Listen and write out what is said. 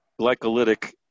glycolytic